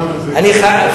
שמעתי.